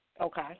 Okay